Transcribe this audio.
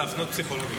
להפנות פסיכולוגים.